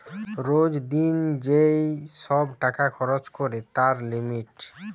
রোজ দিন যেই সব টাকা খরচ করে তার লিমিট